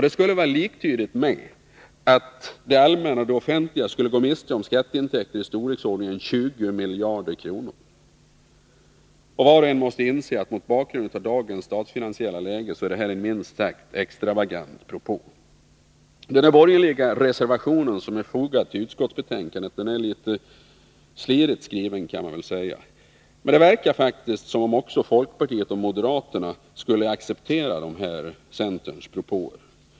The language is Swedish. Det vore liktydigt med att det offentliga skulle gå miste om skatteintäkter i storleksordningen 20 miljarder kronor. Var och en måste mot bakgrund av dagens statsfinansiella läge inse att detta är en minst sagt extravagant propå. Den borgerliga reservation som är fogad vid utskottsbetänkandet är litet ”slirigt” skriven, men det verkar faktiskt som om också folkpartiet och moderaterna skulle acceptera centerns propåer.